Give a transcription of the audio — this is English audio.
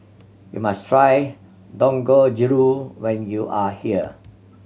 you must try Dangojiru when you are here